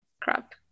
crap